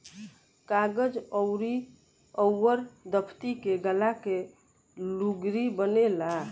कागज अउर दफ़्ती के गाला के लुगरी बनेला